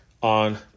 on